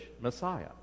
Messiah